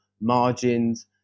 margins